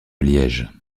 liège